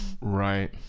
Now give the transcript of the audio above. Right